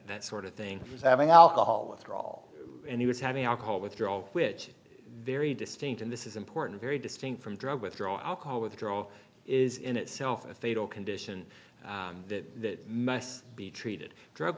that sort of thing was having alcohol withdrawal and he was having alcohol withdrawal which very distinct and this is important very distinct from drug withdrawal alcohol withdrawal is in itself a fatal condition that must be treated drug